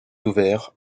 ouvert